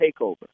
takeover